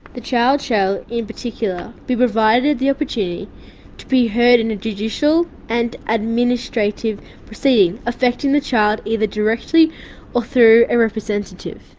the child shall, in particular, be provided the opportunity to be heard in a judicial and administrative proceeding affecting the child either directly or through a representative.